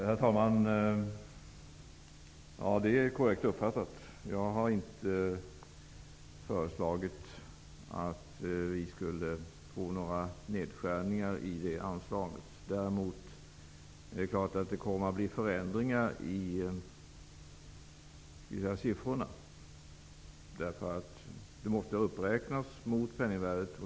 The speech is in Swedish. Herr talman! Ja, det är korrekt uppfattat. Jag har inte föreslagit några nedskärningar i det här anslaget. Däremot är det klart att det kommer att bli förändringar i siffrorna. Det måste nämligen ske en uppräkning mot penningvärdet.